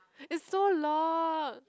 it's so long